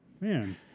Man